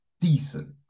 decent